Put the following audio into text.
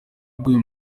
bw’uyu